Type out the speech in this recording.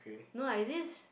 no I just